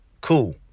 cool